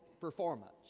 performance